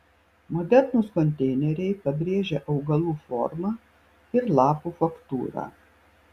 modernūs konteineriai pabrėžia augalų formą ir lapų faktūrą